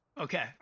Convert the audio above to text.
Okay